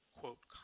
quote